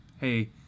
hey